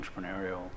entrepreneurial